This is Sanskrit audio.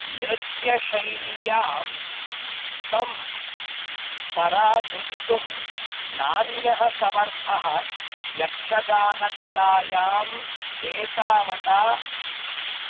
नृत्यशैल्यां तं पराजयितुं नान्यः समर्थः यक्षगानकलायाम् एतावता